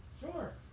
Sure